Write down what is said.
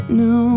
no